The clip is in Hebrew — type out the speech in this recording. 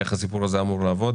איך הסיפור הזה אמור לעבוד?